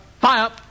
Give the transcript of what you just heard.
Fire